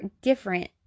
different